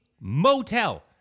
motel